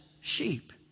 sheep